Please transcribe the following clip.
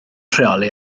rheoli